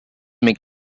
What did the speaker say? make